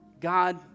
God